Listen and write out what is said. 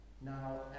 now